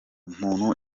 umuntu